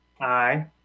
Aye